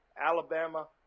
Alabama